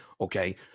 Okay